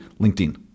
LinkedIn